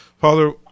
father